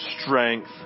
strength